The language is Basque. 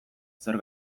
zer